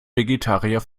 vegetarier